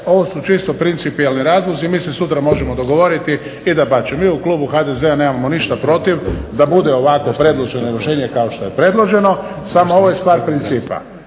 ovo su čisto principijelni razlozi. Mi se sutra možemo dogovoriti i dapače mi u Klubu HDZ-a nemamo ništa protiv da bude ovakvo predloženo rješenje kao što je predloženo samo je ovo stvar principa